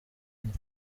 kenya